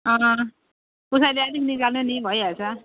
अँ पुसाइँले अलिक निकाल्नु नि भइहाल्छ